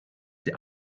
die